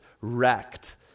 wrecked